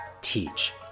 teach